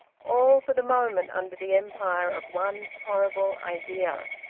all for the moment under the empire of one horrible idea,